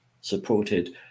supported